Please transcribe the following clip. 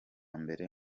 mbere